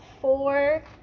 four